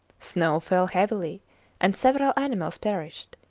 snow fell heavily and several animals perished.